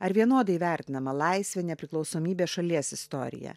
ar vienodai vertinama laisvė nepriklausomybė šalies istorija